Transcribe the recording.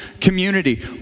community